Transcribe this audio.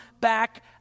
back